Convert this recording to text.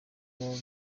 paul